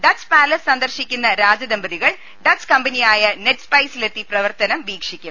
Dutch palace സന്ദർശിക്കുന്ന രാജ ദമ്പതികൾ ഡച്ച് കമ്പനിയായ നെഡ് സ്പൈസിലെത്തി പ്രവർത്തനം വീക്ഷിക്കും